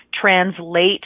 translate